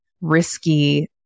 risky